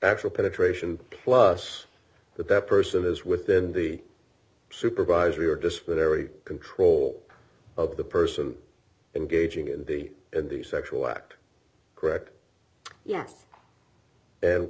actual penetration plus that that person is within the supervisory or disciplinary control of the person engaging in the in the sexual act correct yes and